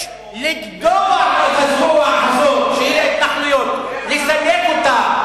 יש לגדוע את הזרוע הזאת, של ההתנחלויות, איך אתה,